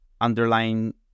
underlying